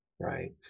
right